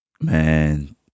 Man